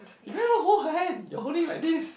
you can't even hold her hand you're holding like this